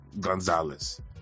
Gonzalez